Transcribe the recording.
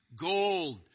gold